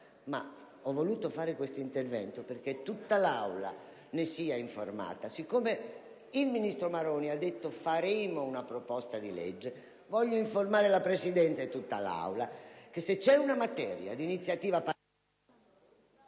ma ho voluto fare questo intervento perché tutta l'Aula ne fosse informata. Poiché il ministro Maroni ha detto che verrà fatta una proposta di legge, voglio informare la Presidenza e tutta l'Aula che si parla di una materia d'iniziativa